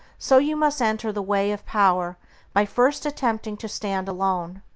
so you must enter the way of power by first attempting to stand alone.